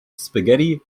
spaghetti